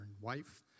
wife